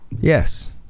Yes